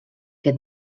que